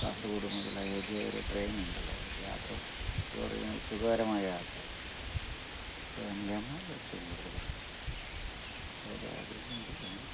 കാസർഗോഡ് മുതൽ അയോദ്ധ്യ വരെ ട്രെയിൻ ഉണ്ടല്ലൊ യാത്ര എന്ന് പറഞ്ഞാൽ സുഖകരമായ യാത്രയല്ലേ ഫാമിലി ആകുമ്പം ഏറ്റവും കൂടുതല് അത് ഒര് ആഗ്രഹം ഉണ്ട് അങ്ങനെ